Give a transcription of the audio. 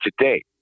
today